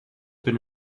been